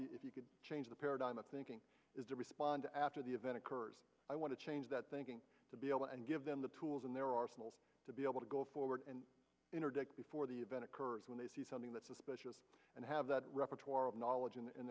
now if you could change the paradigm of thinking is to respond after the event occurs i want to change that thinking to be able and give them the tools in their arsenal to be able to go forward and interdict before the event occurs when they see something that's suspicious and have that repertoire of knowledge and in